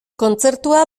kontzertua